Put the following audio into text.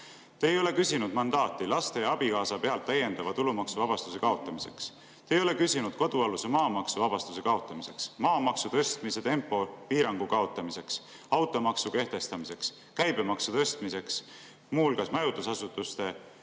Te ei ole küsinud mandaati laste ja abikaasa pealt täiendava tulumaksuvabastuse kaotamiseks. Te ei ole küsinud kodualuse maa maksuvabastuse kaotamiseks, maamaksu tõstmise tempo piirangu kaotamiseks, automaksu kehtestamiseks, käibemaksu tõstmiseks, muu hulgas majutusasutuste